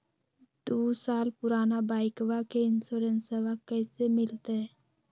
दू साल पुराना बाइकबा के इंसोरेंसबा कैसे मिलते?